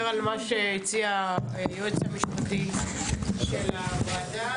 נדבר שנייה על מה שהציע היועץ המשפטי של הוועדה.